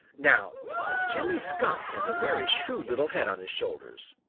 now jimmy skunk has a very shrewd little head on his shoulders.